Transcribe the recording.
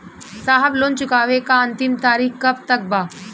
साहब लोन चुकावे क अंतिम तारीख कब तक बा?